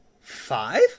five